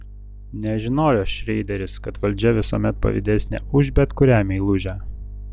nežinojo šreideris kad valdžia visuomet pavydesnė už bet kurią meilužę